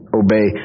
obey